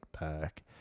back